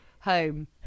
home